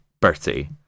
Bertie